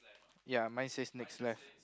ya mine says next left